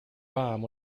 bomb